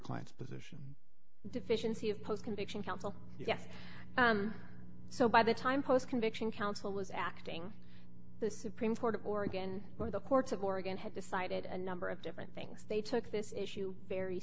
client's position deficiency of post conviction counsel yes so by the time post conviction counsel was acting the supreme court of oregon where the courts of oregon had decided and number of different things they took this issue very